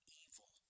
evil